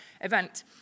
event